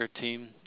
team